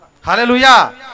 Hallelujah